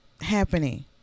happening